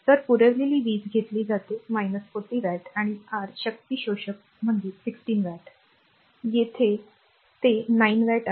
तर पुरवलेली वीज घेतली जाते 40 वॅट आणि आर शक्ती शोषक म्हणजे 16 वॅट येथे ते 9 वॅट आहे